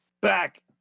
Back